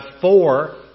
four